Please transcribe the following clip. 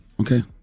Okay